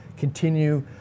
continue